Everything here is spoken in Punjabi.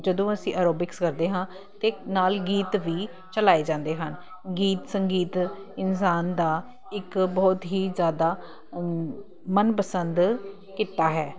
ਜਦੋਂ ਅਸੀਂ ਆਰੋਬਿਕਸ ਕਰਦੇ ਹਾਂ ਤਾਂ ਨਾਲ ਗੀਤ ਵੀ ਚਲਾਏ ਜਾਂਦੇ ਹਨ ਗੀਤ ਸੰਗੀਤ ਇਨਸਾਨ ਦਾ ਇੱਕ ਬਹੁਤ ਹੀ ਜ਼ਿਆਦਾ ਮਨਪਸੰਦ ਕਿੱਤਾ ਹੈ